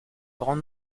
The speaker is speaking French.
grand